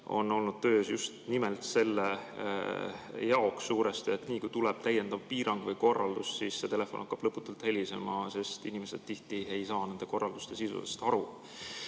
on olnud töös just nimelt suuresti selle jaoks, et nii kui tuleb täiendav piirang või korraldus, siis see telefon hakkab lõputult helisema, sest inimesed tihti ei saa nende korralduste sisust aru.